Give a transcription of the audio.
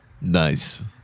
Nice